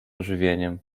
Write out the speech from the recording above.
ożywieniem